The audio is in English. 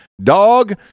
dog